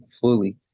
fully